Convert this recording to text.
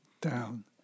down